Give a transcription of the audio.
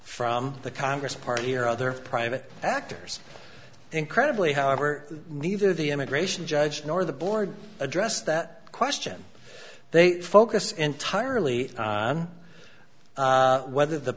from the congress party or other private actors incredibly however neither the immigration judge nor the board addressed that question they focus entirely on whether the